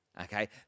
okay